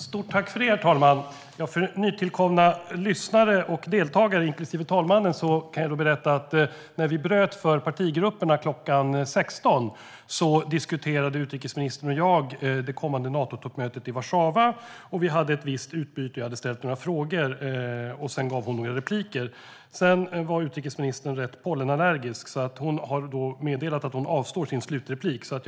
Svar på interpellationer Herr talman! För nytillkomna lyssnare och deltagare, inklusive herr talmannen, kan jag berätta att när vi bröt för möte i partigrupperna kl. 16 diskuterade utrikesministern och jag det kommande Natotoppmötet i Warszawa. Vi hade ett visst utbyte. Jag hade ställt några frågor, och sedan gav hon några repliker. Utrikesministern hade dock besvär av sin pollenallergi och har meddelat att hon avstår sitt slutanförande.